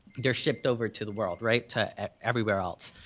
they're shipped over to the world, right? to everywhere else.